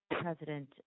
president